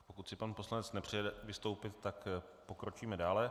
Pokud si pan poslanec nepřeje vystoupit, tak pokročíme dále.